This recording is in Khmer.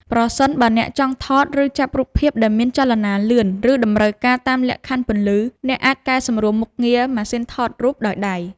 ប្រសិនបើអ្នកចង់ថត ឬចាប់រូបភាពដែលមានចលនាលឿន ឬតម្រូវការតាមលក្ខខណ្ឌពន្លឺ អ្នកអាចកែសម្រួលមុខងារ ម៉ាស៊ីនថតរូបដោយដៃ។